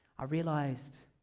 i realized